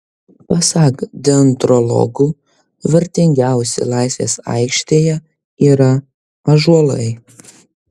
pasak dendrologų vertingiausi laisvės aikštėje yra ąžuolai